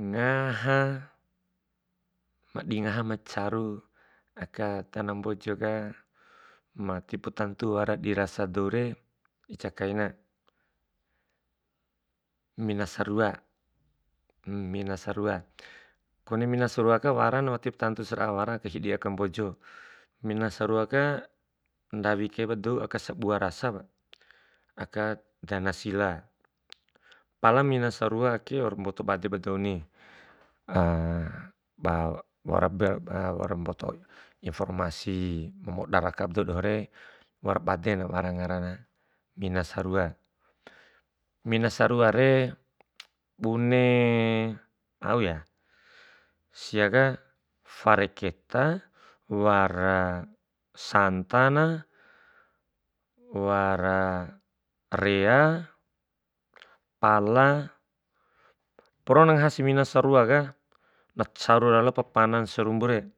ngaha madingaha ma caru aka dana mbojoka ma wati tentu wara dirasa doure, ica kaina mina sarua, mina sarua, kone mina saruaka warana wati tantu sara'a wara di hidi aka mbojo. Mina sarua ka, ndawi kai ba dou aka sabua rasap, aka dana sila, pala mina saruake waura mboto badeba douni waura pea, waura mboto informasi moda rakaba dou dohore, waura badena wara ngarana mina sarua. Mina sarua re bune au ya, siaka fare keta, wara santa na, wara rea, pala, porona ngahasi mina saruaka na caru lalop panan sarumbure,